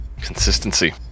Consistency